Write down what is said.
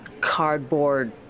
cardboard